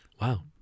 Wow